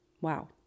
Wow